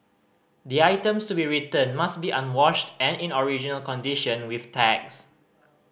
the items to be returned must be unwashed and in original condition with tags